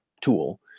tool